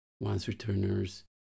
once-returners